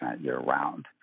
year-round